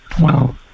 Wow